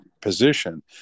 position